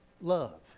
love